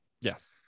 Yes